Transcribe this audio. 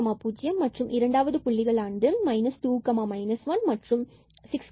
00 மற்றும் இரண்டு புள்ளிகள் 2 1 and 6 3